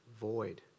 void